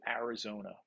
Arizona